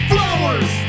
Flowers